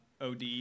od